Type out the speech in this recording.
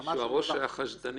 "הרשימות"